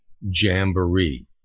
Jamboree